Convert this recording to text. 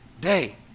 day